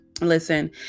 listen